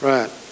Right